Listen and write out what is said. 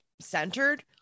centered